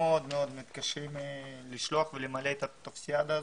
מאוד מאוד מתקשים לשלוח ולמלא את הטפסים האלה.